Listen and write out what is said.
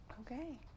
Okay